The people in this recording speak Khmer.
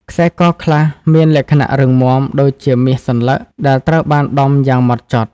ខ្សែកខ្លះមានលក្ខណៈរឹងមាំដូចជាមាសសន្លឹកដែលត្រូវបានដំយ៉ាងហ្មត់ចត់។